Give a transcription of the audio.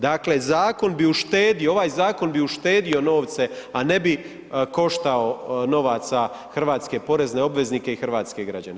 Dakle, zakon bi uštedio, ovaj zakon bi uštedio novce, a ne bi koštao novaca hrvatske porezne obveznike i hrvatske građane.